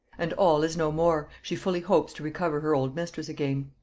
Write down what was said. and all is no more, she fully hopes to recover her old mistress again.